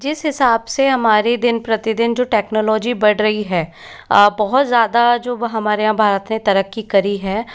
जिस हिसाब से हमारे दिन प्रतिदिन जो टेक्नॉलजी बढ़ रही है बहुत ज़्यादा जो हमारे यहाँ जो भारत ने तरक्की करी है